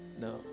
no